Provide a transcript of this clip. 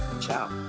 Ciao